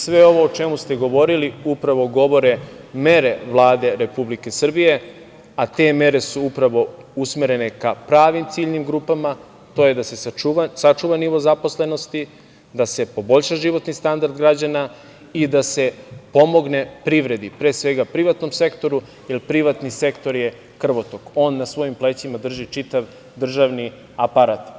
Sve ovo o čemu ste govorili upravo govore mere Vlade Republike Srbije, a te mere su upravo usmerene ka pravim ciljnim grupama, a to je da se sačuva nivo zaposlenosti, da se poboljša životni standard građana i da se pomogne privredi, pre svega privatnom sektoru, jer privatni sektor je krvotok, on na svojim plećima drži čitav državni aparat.